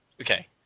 okay